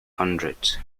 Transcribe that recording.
hundreds